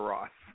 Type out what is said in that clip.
Ross